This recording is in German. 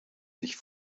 sich